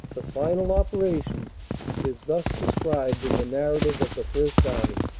the final operation is thus described in the narrative of the first army